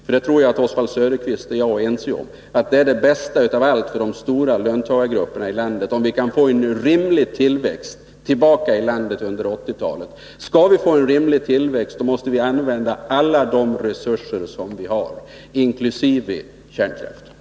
Jag tror också att Oswald Söderqvist och jag är överens om att det bästa för de stora löntagargrupperna här i landet är att vi under 1980-talet får tillbaka en rimlig tillväxt. Men om vi skall få en rimlig tillväxt, då måste vi använda alla de resurser vi har, inklusive kärnkraften.